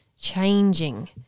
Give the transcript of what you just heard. changing